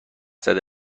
زده